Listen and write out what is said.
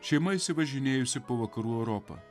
šeima išsivažinėjusi po vakarų europą